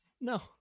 No